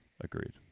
Agreed